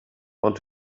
want